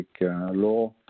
law